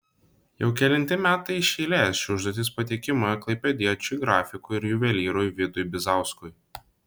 jau kelinti metai iš eilės ši užduotis patikima klaipėdiečiui grafikui ir juvelyrui vidui bizauskui